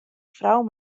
frou